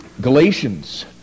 Galatians